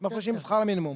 מפרישים שכר מינימום?